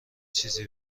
چیزی